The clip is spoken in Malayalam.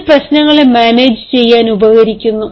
ഇത് പ്രശ്നങ്ങളെ മാനേജ് ചെയ്യാൻ ഉപകരിക്കുന്നു